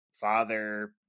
Father